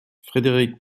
frédéric